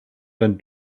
dann